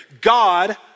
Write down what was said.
God